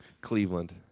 Cleveland